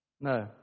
No